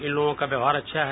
इन लोगों का व्यवहार अच्छा है